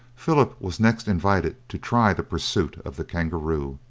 philip was next invited to try the pursuit of the kangaroo.